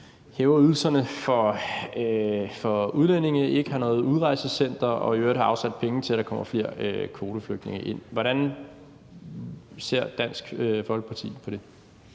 hæver ydelserne for udlændinge, ikke har noget udrejsecenter, og som i øvrigt har afsat penge til, at der kommer flere kvoteflygtninge ind. Hvordan ser Dansk Folkeparti på det?